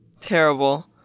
Terrible